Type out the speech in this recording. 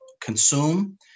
consume